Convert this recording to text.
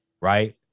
Right